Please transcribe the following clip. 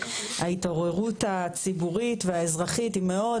שההתעוררות הציבורית והאזרחית היא מאוד